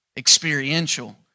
experiential